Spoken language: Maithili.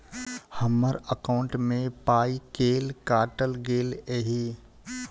हम्मर एकॉउन्ट मे पाई केल काटल गेल एहि